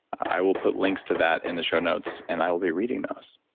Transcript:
i will put links to that in the show notes and i will be reading those.